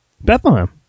Bethlehem